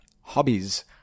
hobbies